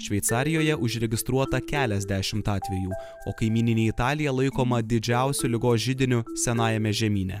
šveicarijoje užregistruota keliasdešimt atvejų o kaimyninė italija laikoma didžiausiu ligos židiniu senajame žemyne